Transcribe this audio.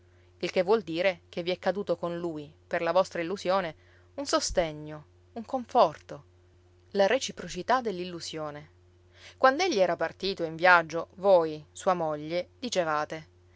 il che vuol dire che vi è caduto con lui per la vostra illusione un sostegno un conforto la reciprocità dell'illusione quand'egli era partito in viaggio voi sua moglie dicevate